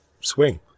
swing